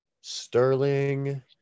Sterling